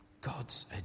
God's